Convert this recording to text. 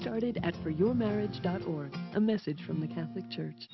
started at for your marriage done or a message from the catholic church